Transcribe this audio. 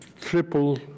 triple